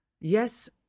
yes